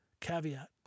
caveat